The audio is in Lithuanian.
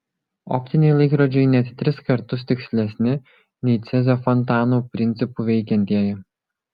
optiniai laikrodžiai net tris kartus tikslesni nei cezio fontanų principu veikiantieji